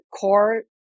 core